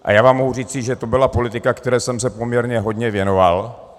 A já vám mohu říci, že to byla politika, které jsem se poměrně hodně věnoval.